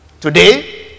today